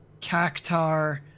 Cactar